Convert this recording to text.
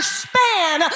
span